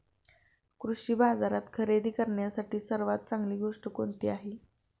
कृषी बाजारात खरेदी करण्यासाठी सर्वात चांगली गोष्ट कोणती आहे?